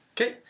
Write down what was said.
Okay